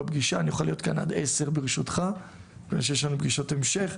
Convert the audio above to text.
אוכל להיות כאן עד 10 ברשותך מפני שיש לנו פגישות המשך,